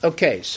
Okay